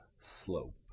slope